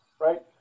Right